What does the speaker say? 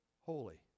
holy